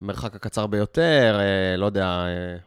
מרחק הקצר ביותר, לא יודע.